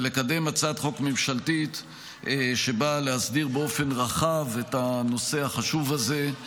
ולקדם הצעת חוק ממשלתית שבאה להסדיר באופן רחב את הנושא החשוב הזה,